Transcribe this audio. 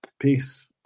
Peace